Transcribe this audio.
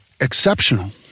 exceptional